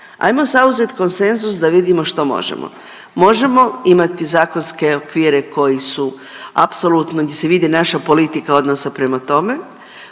Ajmo zauzeti konsenzus da vidimo što možemo. Možemo imati zakonske okvire koji su apsolutno, gdje se vidi naša politika odnosa prema tome,